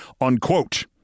unquote